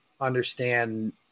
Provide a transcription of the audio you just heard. understand